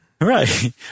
Right